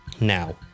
now